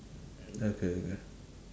okay okay